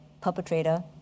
perpetrator